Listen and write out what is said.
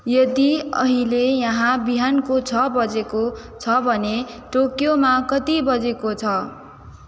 यदि अहिले यहाँ बिहानको छ बजेको छ भने टोकियोमा कति बजेको छ